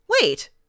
Wait